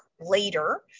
later